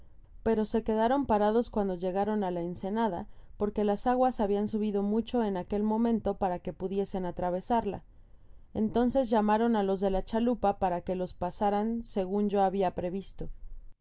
pero se quedaron parados euandn llegaron á la ensenada porque las aguas habian subido mucho en aquel momento para que pudiesen atravesarla entonces llamaroa los de la chalupa para que los pasaran segun yo habia previsto